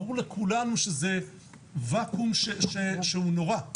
ברור לכולנו שזה ואקום שהוא נורא.